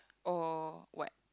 or what